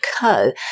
Co